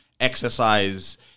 exercise